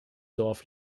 dorf